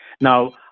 Now